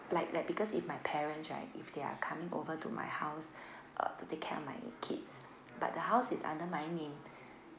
like like because if my parents right if they are coming over to my house uh to take care of my kids but the house is under my name